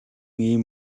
ийм